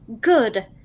Good